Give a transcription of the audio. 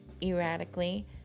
erratically